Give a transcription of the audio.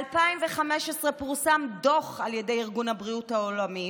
ב-2015 פורסם דוח על ידי ארגון הבריאות העולמי,